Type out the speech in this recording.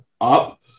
up